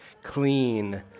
clean